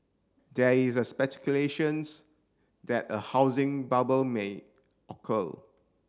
there is a speculations that a housing bubble may occur